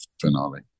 finale